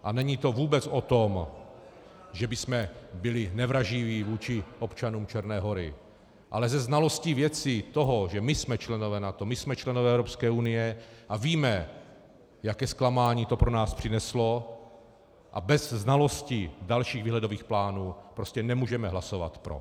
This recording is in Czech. A není to vůbec o tom, že bychom byli nevraživí vůči občanům Černé Hory, ale se znalostí věci, toho, že jsme členové NATO, že jsme členové Evropské unie a víme, jaké zklamání to pro nás přineslo, a bez znalosti dalších výhledových plánů prostě nemůžeme hlasovat pro.